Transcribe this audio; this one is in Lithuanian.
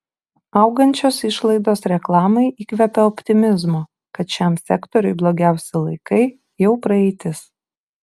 augančios išlaidos reklamai įkvepia optimizmo kad šiam sektoriui blogiausi laikai jau praeitis